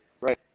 Right